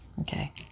Okay